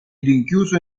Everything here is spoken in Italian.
rinchiuso